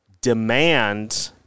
demand